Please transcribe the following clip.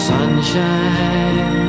Sunshine